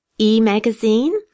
e-magazine